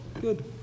good